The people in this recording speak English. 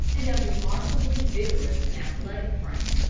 and of remarkably vigorous and athletic frame.